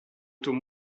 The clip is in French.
taux